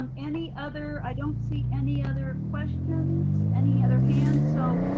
and any other, i don't see any other questions. any other hands? so